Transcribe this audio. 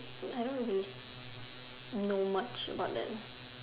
I don't really know much about them